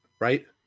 right